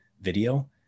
video